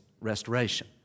restoration